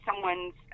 someone's